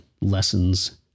lessons